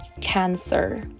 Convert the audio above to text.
cancer